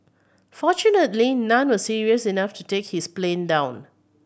fortunately none were serious enough to take his plane down